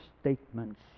statements